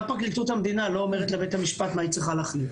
גם פרקליטות המדינה לא אומרת לבית המשפט מה היא צריכה להחליט.